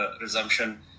resumption